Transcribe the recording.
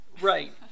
Right